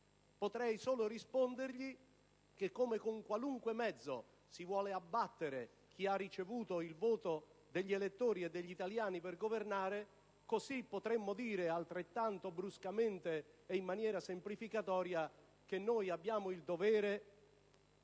Potrei solo rispondergli che, come con qualunque mezzo si vuole abbattere chi ha ricevuto il voto degli elettori e degli italiani per governare, noi abbiamo il dovere, altrettanto bruscamente e in maniera semplificatoria, di non farvi ammazzare